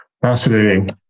Fascinating